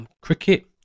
cricket